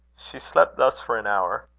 she slept thus for an hour.